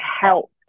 help